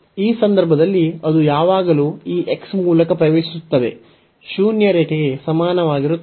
ಈ ಸಂದರ್ಭದಲ್ಲಿ ಅದು ಯಾವಾಗಲೂ ಈ x ಮೂಲಕ ಪ್ರವೇಶಿಸುತ್ತದೆ ಶೂನ್ಯ ರೇಖೆಗೆ ಸಮಾನವಾಗಿರುತ್ತದೆ